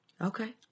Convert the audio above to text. Okay